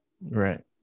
Right